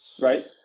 right